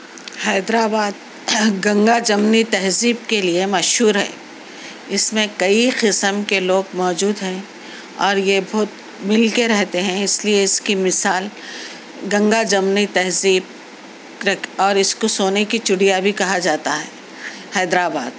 حیدر آباد گنگا جمنی تہذیب کے لئے مشہور ہے اس میں کئی قسم کے لوگ موجود ہیں اور یہ بہت مل کے رہتے ہیں اس لئے اس کی مثال گنگا جمنی تہذیب رکھ اور اس کو سونے کی چڑیا بھی کہا جاتا ہے حیدر آباد